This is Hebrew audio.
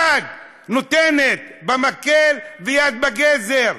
יד נותנת במקל, ויד בגזר.